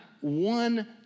one